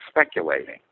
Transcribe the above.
speculating